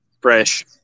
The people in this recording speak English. fresh